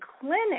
clinic